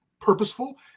purposeful